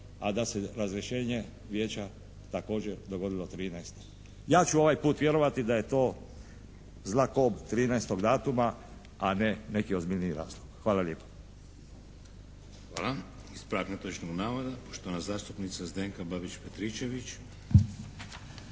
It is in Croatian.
a da se razrješenje Vijeća također dogodilo 13. Ja ću ovaj put vjerovati da je to zla kob 13. datuma, a ne neki ozbiljniji razlog. Hvala lijepo. **Šeks, Vladimir (HDZ)** Hvala. Ispravak netočnog navoda, poštovana zastupnica Zdenka Babić Petričević.